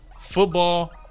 Football